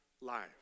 life